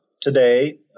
today